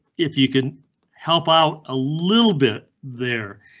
if you can help out a little bit there.